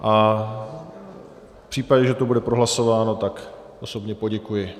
A v případě, že to bude prohlasováno, tak osobně poděkuji.